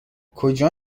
کجا